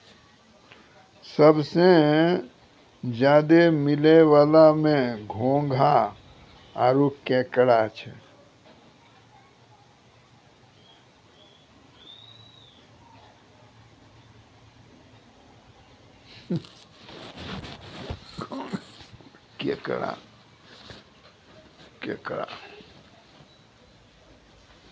सबसें ज्यादे मिलै वला में घोंघा आरो केकड़ा छै